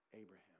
Abraham